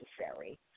necessary